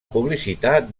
publicitat